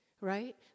right